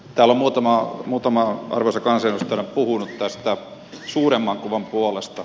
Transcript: täällä on muutama arvoisa kansanedustaja puhunut tämän suuremman kuvan puolesta